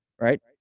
right